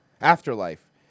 Afterlife